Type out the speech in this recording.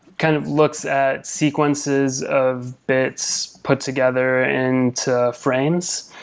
kind of looks at sequences of bits put together into frames.